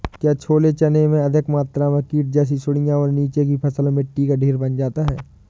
क्या छोले चने में अधिक मात्रा में कीट जैसी सुड़ियां और नीचे की फसल में मिट्टी का ढेर बन जाता है?